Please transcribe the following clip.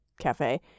cafe